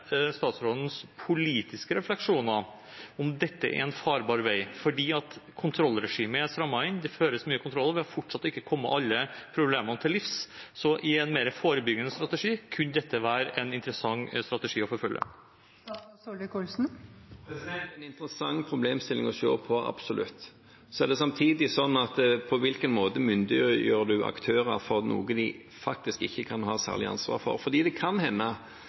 statsrådens politiske refleksjoner, om dette er en farbar vei, for kontrollregimet er stammet inn, det føres mange kontroller, og vi er fortsatt ikke kommet alle problemene til livs. I en mer forebyggende strategi – kunne dette være en interessant strategi å bruke? Det er en interessant problemstilling å se på, absolutt. Så er det samtidig slik: På hvilken måte gir du aktører myndighet til noe de faktisk ikke kan ha særlig ansvar for? Det kan hende